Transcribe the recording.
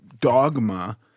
dogma